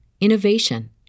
innovation